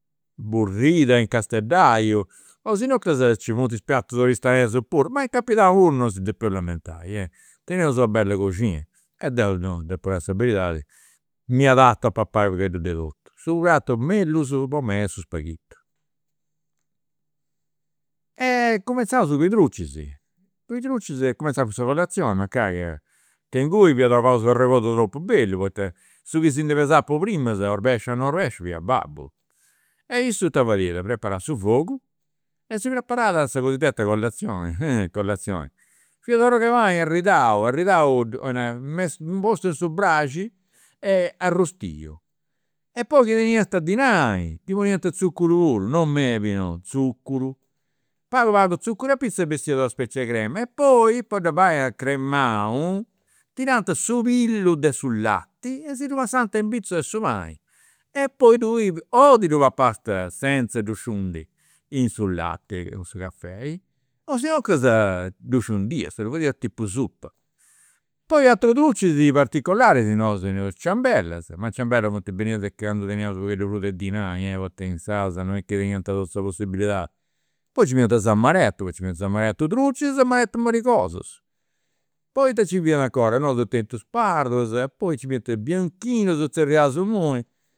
Burrida in casteddaiu, o asinuncas nci funt is pratus oristanesus puru, ma in campidanu puru non si depeus lamentai. Teneus una bella coxina e deu no, depu nai sa beridadi, m'adatto a papai u' pagheddu de totu. Su pratu mellus po mei est su spaghitu. Cumenzaus cun i' drucis. Po i' drucis cumenzau cun sa colazioni mancai, che che inguni fiat una cosa, u' arregodu tropu bellu, poita su chi si ndi pesat po primas, orbexiu o non orbexiu, fiat babbu. E issu ita fadiat, preparat su fogu, e si preparat sa cosidetta colazioni, colazioni, fiat u' arrog'e pani arridau, arridau 'olit nai messo, postu in su braxi, e arrustiu, e poi chi teniast dinai ti poniant tzuccuru puru, non meli no, tzuccuru. Pagu pagu tzuccuru e bessiat una specie 'e crema e poi po dda fai acremau tirant su pillu de su lati e si ddu passant in pitzus de su pani. E poi tui o ti ddu papast senza ddu sciundi in su latti o in su caffei, o sinuncas ddu sciundiast, ddu fadiat tipu suppa. Poi aterus particolaris nosu teneus i' ciambellas, ma i' ciambellas funt benidas candu teniaus u' pagheddu prus de dinai eh, poita insaras non est chi teniant totus sa possibilidadi. Poi nci fiant is amaretus, poita nci fiant is amaretus drucis e amaretus marigosus. Poi ita nci fiat 'ncora, nosu eus tentu is pardulas, poi nci fiant bianchinus, zerriaus imui